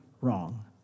wrong